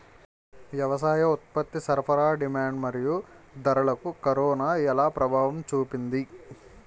వ్యవసాయ ఉత్పత్తి సరఫరా డిమాండ్ మరియు ధరలకు కరోనా ఎలా ప్రభావం చూపింది